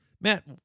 Matt